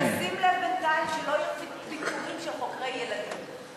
תשים לב בינתיים שלא יהיו פיטורים של חוקרי ילדים,